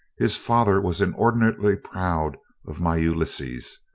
his father was inordinately proud of my ulysses,